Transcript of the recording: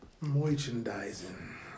Merchandising